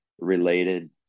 related